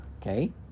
okay